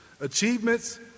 Achievements